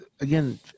again